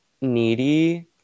Needy